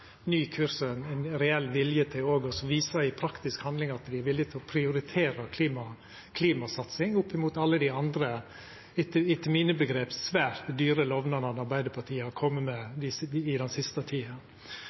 ny kurs og ein reell vilje til òg i praktisk handling å visa at dei er villige til å prioritera klimasatsing opp imot alle dei andre, etter mitt skjønn, svært dyre lovnadene Arbeidarpartiet har kome med i den siste tida.